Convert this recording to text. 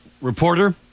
reporter